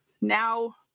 now